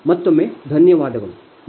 ಮತ್ತೊಮ್ಮೆ ಧನ್ಯವಾದಗಳು